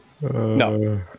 No